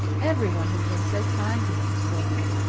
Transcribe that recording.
everyone has been so kind to me, sylvia.